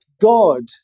God